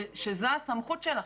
שזו הסמכות שלכם,